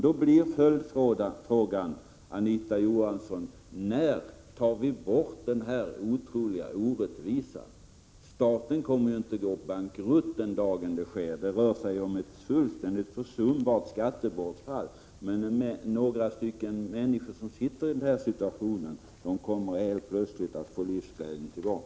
Då blir följdfrågan till Anita Johansson: När tar ni bort denna otroliga orättvisa? Staten kommer ju inte att gå bankrutt den dagen det sker. Det rör sig om ett fullständigt försumbart skattebortfall, men några stycken människor som befinner sig i den här situationen kommer helt plötsligt att få livsglädjen tillbaka.